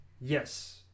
Yes